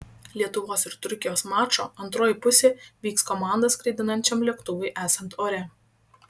lietuvos ir turkijos mačo antroji pusė vyks komandą skraidinančiam lėktuvui esant ore